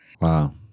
Wow